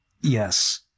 yes